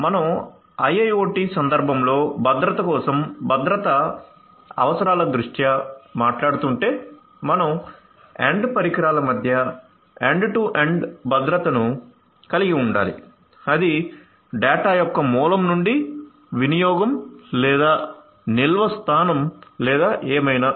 మనం IIoT సందర్భంలో భద్రత కోసం భద్రత అవసరాల దృష్ట్యా మాట్లాడుతుంటే మనం ఎండ్ పరికరాల మధ్య ఎండ్ టు ఎండ్ భద్రతను కలిగి ఉండాలి అది డేటా యొక్క మూలం నుండి వినియోగం లేదా నిల్వ స్థానం లేదా ఏమైనా